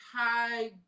hi